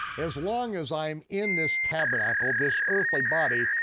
as long as i'm in this tabernacle, this earthly body,